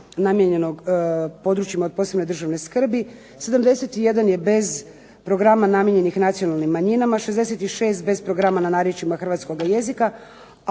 namijenjenog područjima od posebne državne skrbi, 71 je bez programa namijenjenih nacionalnim manjinama, 66 bez programa na narječjima hrvatskoga jezika.